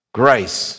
grace